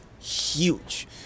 huge